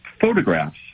photographs